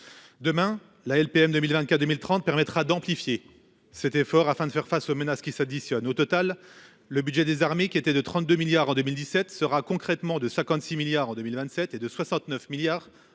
Demain la LPM 2024 2030 permettra d'amplifier cet effort afin de faire face aux menaces qui s'additionnent. Au total, le budget des armées qui était de 32 milliards en 2017 sera concrètement de 56 milliards en 2027 et de 69 milliards en 2030.